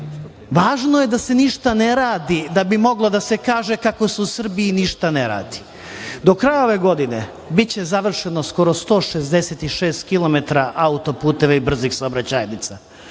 Važno je da se ništa ne radi da bi moglo da se kaže kako se u Srbiji ništa ne radi. Do kraja ove godine biće završeno skoro 166 kilometara autoputeva i brzih saobraćajnica.